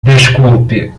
desculpe